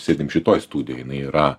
sėdim šitoj studijoj jinai yra